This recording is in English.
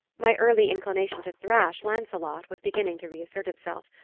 my early inclination to thrash lancelot was beginning to reassert itself.